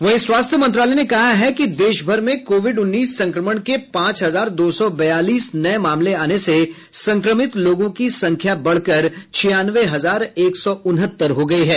वहीं स्वास्थ्य मंत्रालय ने कहा है कि देश भर में कोविड उन्नीस संक्रमण के पांच हजार दो सौ बयालीस नये मामले आने से संक्रमित लोगों की संख्या बढ़कर छियानवे हजार एक सौ उनहत्तर हो गई है